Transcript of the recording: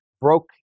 broke